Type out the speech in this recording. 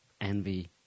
envy